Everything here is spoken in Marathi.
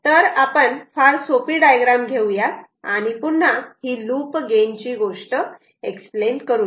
तर आपण फार सोपी डायग्राम घेऊयात आणि पुन्हा ही लूप गेन ची गोष्ट एक्सप्लेन करूया